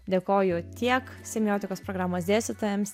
dėkoju tiek semiotikos programos dėstytojams